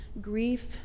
grief